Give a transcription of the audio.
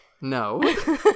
No